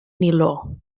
niló